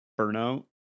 Burnout